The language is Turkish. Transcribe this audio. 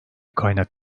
kaynak